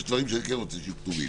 יש דברים שאני כן רוצה שיהיו כתובים.